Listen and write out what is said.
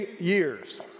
years